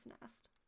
nest